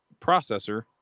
processor